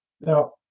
Now